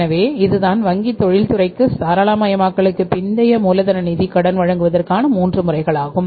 எனவேஇதுதான் வாங்கி தொழில்துறைக்கு தாராளமயமாக்கலுக்கு பிந்தைய மூலதன நிதி கடன் வழங்குவதற்கான 3 முறைகள் ஆகும்